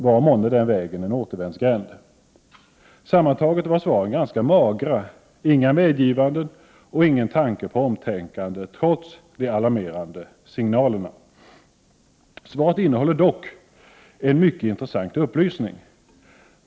Var månne den vägen en återvändsgränd? Bostadsministerns svar var sammantaget ganska magert. Det fanns inga medgivanden och inget omtänkande trots de alarmerande signalerna. Svaret innehåller dock en mycket intressant upplysning.